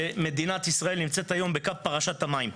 שמדינת ישראל נמצאת היום בקו פרשת המים.